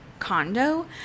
condo